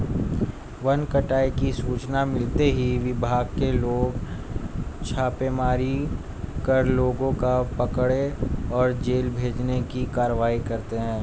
one कटाई की सूचना मिलते ही विभाग के लोग छापेमारी कर लोगों को पकड़े और जेल भेजने की कारवाई करते है